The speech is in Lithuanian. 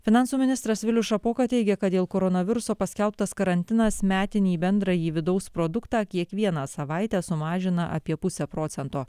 finansų ministras vilius šapoka teigia kad dėl koronaviruso paskelbtas karantinas metinį bendrąjį vidaus produktą kiekvieną savaitę sumažina apie pusę procento